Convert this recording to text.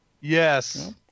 Yes